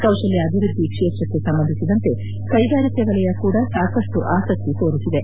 ಕೌಶಲ್ಯ ಅಭಿವೃದ್ಧಿ ಕ್ಷೇತ್ರಕ್ಕೆ ಸಂಬಂಧಿಸಿದಂತೆ ಕೈಗಾರಿಕೆ ವಲಯ ಕೂಡ ಸಾಕಷ್ಟು ಆಸಕ್ತಿ ತೋರಿಸಿದೆ